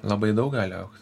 labai daug gali augt